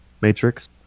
Matrix